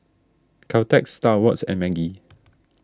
Caltex Star Awards and Maggi